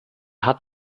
hat